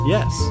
Yes